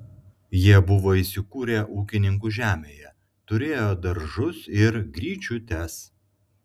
jie buvo įsikūrę ūkininkų žemėje turėjo daržus ir gryčiutes